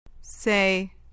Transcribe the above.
Say